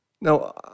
Now